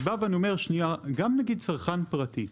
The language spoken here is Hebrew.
אני בא ואומר שגם אם כצרכן פרטי,